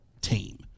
team